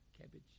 cabbage